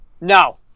No